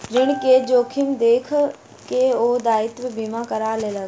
ऋण के जोखिम देख के ओ दायित्व बीमा करा लेलैन